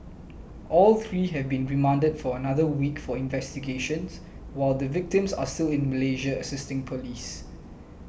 all three have been remanded for another week for investigations while the victims are still in Malaysia assisting police